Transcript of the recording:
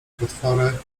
potwory